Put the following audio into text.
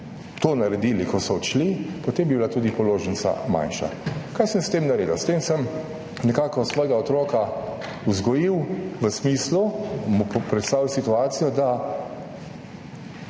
to naredili, ko so odšli, potem bi bila tudi položnica manjša. Kaj sem s tem naredil? S tem sem nekako svojega otroka vzgojil v smislu, mu predstavil situacijo, da